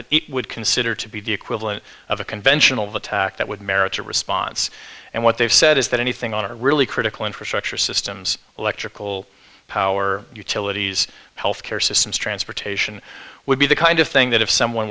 it would consider to be the equivalent of a conventional attack that would merit a response and what they've said is that anything on a really critical infrastructure systems electrical power utilities health care systems transportation would be the kind of thing that if someone